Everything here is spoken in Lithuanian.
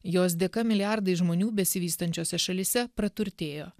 jos dėka milijardai žmonių besivystančiose šalyse praturtėjo